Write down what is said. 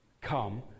come